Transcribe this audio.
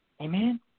Amen